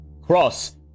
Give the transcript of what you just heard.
cross